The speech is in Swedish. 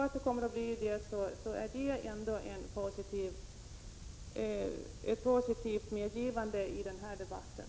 Om det kommer att bli på detta sätt är det ett positivt medgivande i denna debatt.